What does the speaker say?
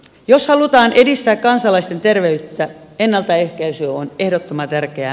jos halutaan edistää kansalaisten terveyttä ennaltaehkäisy on ehdottoman tärkeää